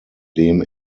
dem